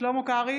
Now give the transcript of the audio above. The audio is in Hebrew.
שלמה קרעי,